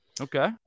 Okay